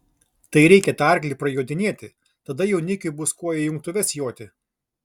tai reikia tą arklį prajodinėti tada jaunikiui bus kuo į jungtuves joti